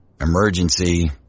emergency